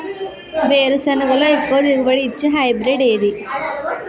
వేరుసెనగ లో ఎక్కువ దిగుబడి నీ ఇచ్చే హైబ్రిడ్ ఏది?